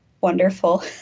wonderful